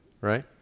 right